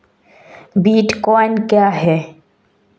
Bitcoin क्या है?